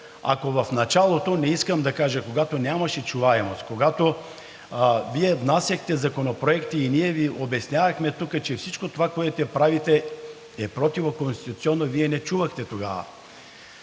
ако в началото, не искам да кажа, когато нямаше чуваемост, когато Вие внасяхте законопроекти и ние Ви обяснявахме тук, че всичко това, което правите, е противоконституционно, Вие не чувахте тогава.